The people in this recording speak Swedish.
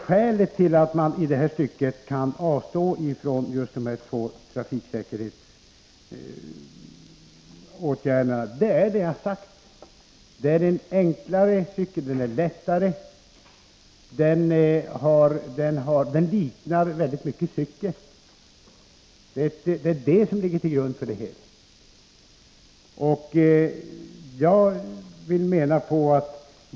Skälet till att man i detta fall kan avstå från just dessa två trafiksäkerhetsåtgärder på mopeden är det jag har sagt, nämligen att det är en enklare moped, som är lättare och mycket liknar cykeln. Det är det som ligger till grund för beslutet.